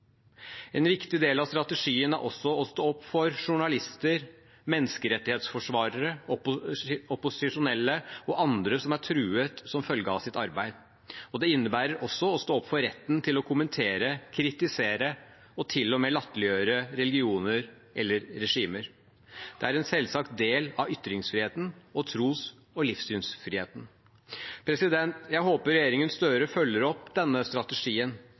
En viktig del av strategien er også å stå opp for journalister, menneskerettighetsforsvarere, opposisjonelle og andre som er truet som følge av sitt arbeid, og det innebærer også å stå opp for retten til å kommentere, kritisere og til og med latterliggjøre religioner eller regimer. Det er en selvsagt del av ytringsfriheten og tros- og livssynsfriheten. Jeg håper regjeringen Støre følger opp denne strategien.